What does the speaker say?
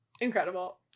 Incredible